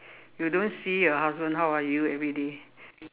you don't see your husband how are you everyday